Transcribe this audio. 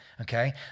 okay